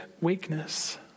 weakness